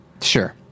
Sure